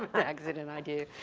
an accident idea.